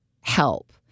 help